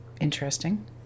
interesting